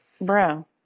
bro